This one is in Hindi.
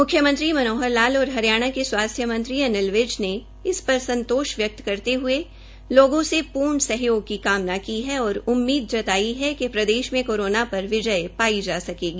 मुख्यमंत्री मनोहर लाल और हरियाणा के स्वाथ्स्य मंत्री अनिल विज ने इस बात पर संतोष व्यक्त करते हये लोगों से पूर्ण सहयोग की कामना की है उम्मीद जता ई है कि प्रदेश में कोरोना पर विजय पाई जा सकेगी